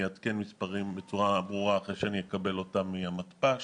אעדכן מספרים בצורה ברורה אחרי שאקבל אותם מהמתפ"ש,